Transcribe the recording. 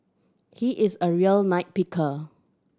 he is a real picker